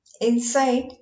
Inside